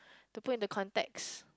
to put into context